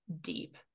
deep